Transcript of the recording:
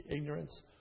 ignorance